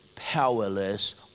powerless